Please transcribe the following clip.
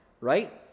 right